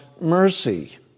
mercy